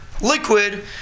liquid